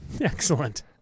Excellent